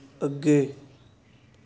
ਅੱਗੇ